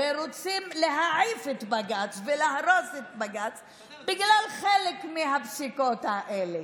הרי רוצים להעיף את בג"ץ ולהרוס את בג"ץ בגלל חלק מהפסיקות האלה.